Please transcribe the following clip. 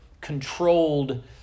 controlled